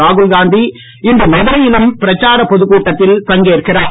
ராகுல்காந்தி இன்று மதுரையிலும் பிரச்சாரப் பொதுக் கூட்டத்தில் பங்கேற்கிறார்